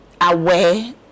aware